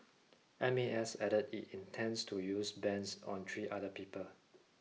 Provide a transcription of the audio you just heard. M A S added it intends to use bans on three other people